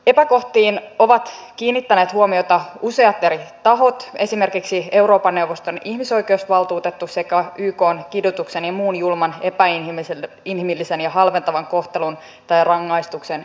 epäkohtiin ovat kiinnittäneet huomiota useat eri tahot esimerkiksi euroopan neuvoston ihmisoikeusvaltuutettu sekä ykn kidutuksen ja muun julman epäinhimillisen ja halventavan kohtelun tai rangaistuksen erityisraportoija